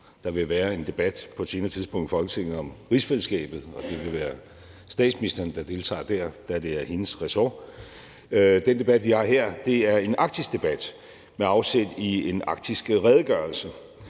vil være en debat i Folketinget om rigsfællesskabet, hvor det vil være statsministeren, der deltager, da det er hendes ressort. Den debat, vi har her, er en arktisk debat med afsæt i en arktisk redegørelse,